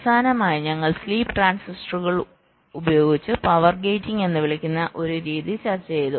അവസാനമായി ഞങ്ങൾ സ്ലീപ്പ് ട്രാൻസിസ്റ്ററുകൾ ഉപയോഗിച്ച് പവർ ഗേറ്റിംഗ് എന്ന് വിളിക്കുന്ന ഒരു രീതി ചർച്ച ചെയ്തു